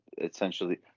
essentially –